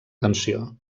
tensió